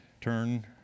turn